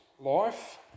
Life